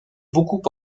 beaucoup